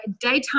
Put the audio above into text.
daytime